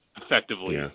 effectively